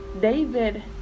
David